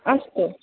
अस्तु